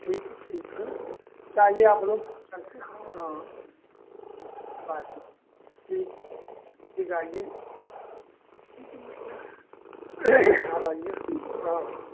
ठीक है ठीक है तो चाहिए आप लोग चलते हाँ बस ठीक है ठीक ठीक आइए वही तो है आप आइए हाँ हाँ